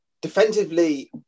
Defensively